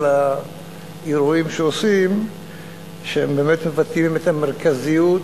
ההרהורים שמעלים באמת מבטאים את המרכזיות